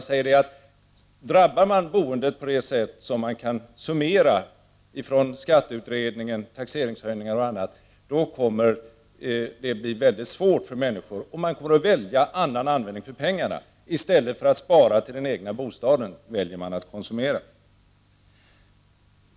Men drabbar man boendet på det sätt som det går att summera från skatteutredningen, taxeringshöjningar och annat, kommer det att bli väldigt svårt för människor. Människor kommer att välja ett annat sätt att använda pengarna. I stället för att spara till den egna bostaden väljer de att konsumera.